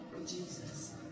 Jesus